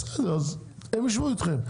בסדר הם יישבו איתכם,